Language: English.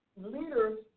Leaders